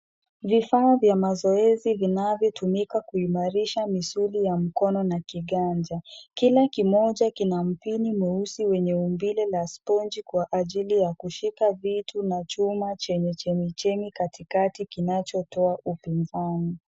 Vifaa vya mazoezi vinavyotumika kuimarisha misuli ya mkono na kiganja. Kila kimoja kina mpini mweusi wenye umbile la sponji kwa ajili ya kushika vitu na chuma chenye chemichemi katikati kinachotoa upinzani.